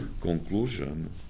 conclusion